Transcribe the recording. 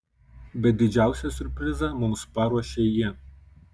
bet didžiausią siurprizą mums paruošė ji